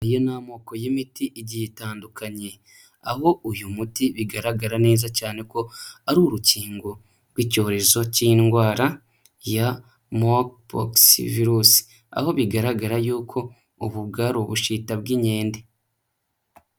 Iyo ni amoko y'imiti igiye itandukanye aho uyu muti bigaragara neza cyane ko ari urukingo rw'icyorezo cy'indwara ya Monkypox virus, aho bigaragara yuko ubu bwari Ubushita bw'inkende.